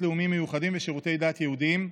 לאומיים מיוחדים ושירותי דת יהודיים,